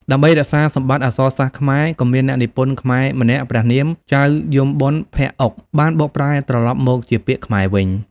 ដើម្បីរក្សាសម្បត្តិអក្សរសាស្ត្រខ្មែរ ក៏មានអ្នកនិពន្ធខ្មែរម្នាក់ព្រះនាម ចៅយមបុណ្យភក្តិឧក បានបកប្រែត្រឡប់មកជាពាក្យខ្មែរវិញ។